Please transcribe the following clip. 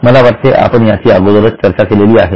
मला वाटते आपण याची अगोदरच चर्चा केली आहे